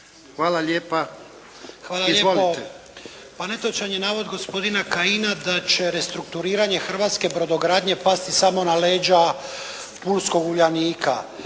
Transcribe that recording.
Šime (SDP)** Hvala lijepa. Pa netočan je navod gospodina Kajina, da će restrukturiranje hrvatske brodogradnje pasti samo na leđa Pulskog "Uljanika".